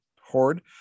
horde